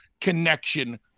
connection